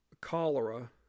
cholera